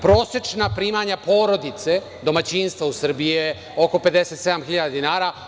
Prosečna primanja porodice, domaćinstva u Srbiji je oko 57 hiljada dinara.